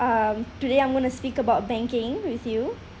um today I'm going to speak about banking with you